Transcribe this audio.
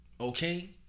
Okay